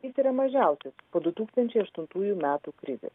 jis yra mažiausias po du tūkstančiai aštuntųjų metų krizės